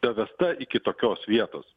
davesta iki tokios vietos